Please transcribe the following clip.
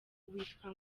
witwa